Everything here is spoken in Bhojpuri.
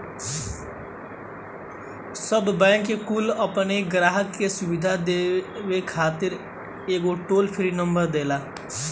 सब बैंक कुल अपनी ग्राहक के सुविधा देवे खातिर एगो टोल फ्री नंबर देला